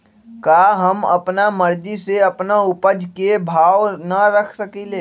का हम अपना मर्जी से अपना उपज के भाव न रख सकींले?